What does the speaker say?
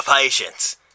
patience